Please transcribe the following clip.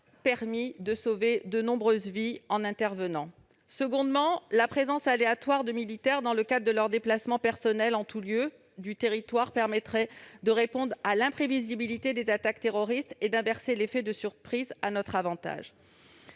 permis de sauver de nombreuses vies en intervenant. Secondement, la présence aléatoire de militaires dans le cadre de leurs déplacements personnels, en tout lieu du territoire, permettrait de répondre à l'imprévisibilité des attaques terroristes et d'inverser l'effet de surprise à notre avantage.